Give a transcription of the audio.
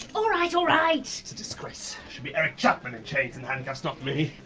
alright, alright! it's a disgrace. should be eric chapman in chains and handcuffs, not me.